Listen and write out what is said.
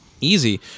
easy